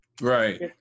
Right